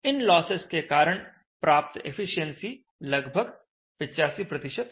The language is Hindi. इन लॉसेस के कारण प्राप्त एफिशिएंसी लगभग 85 होती है